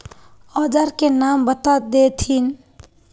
औजार के नाम बता देथिन?